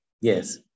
Yes